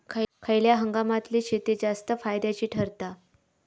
खयल्या हंगामातली शेती जास्त फायद्याची ठरता?